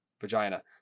vagina